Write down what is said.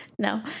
No